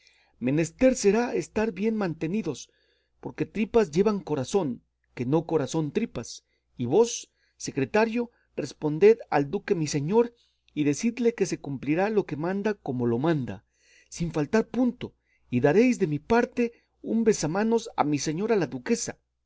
menester será estar bien mantenidos porque tripas llevan corazón que no corazón tripas y vos secretario responded al duque mi señor y decidle que se cumplirá lo que manda como lo manda sin faltar punto y daréis de mi parte un besamanos a mi señora la duquesa